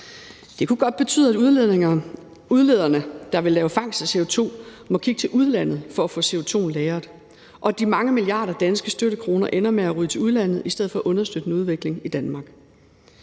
Det kunne godt betyde, at udlederne, der vil lave fangst af CO2, må kigge til udlandet for at få lagret CO2, og at de mange milliarder danske støttekroner ender med at ryge til udlandet i stedet for at understøtte en udvikling i Danmark.